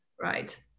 Right